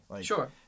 sure